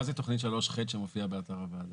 מה זה תכנית 3ח שמופיעה באתר הוועדה?